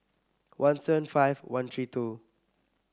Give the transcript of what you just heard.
one seven five one three two